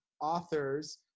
authors